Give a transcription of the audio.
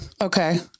Okay